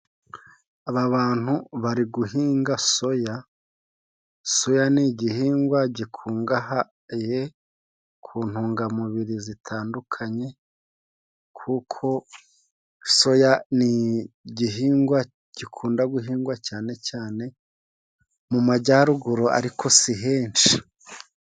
Aba bantu bari guhinga soya. Soya ni igihingwa gikungahaye ku ntungamubiri zitandukanye, kuko soya ni igihingwa gikunda guhingwa cyane cyane mu majyaruguru, ariko si henshi.